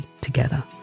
together